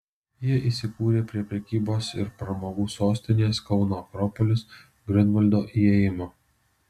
jie įsikūrė prie prekybos ir pramogų sostinės kauno akropolis griunvaldo įėjimo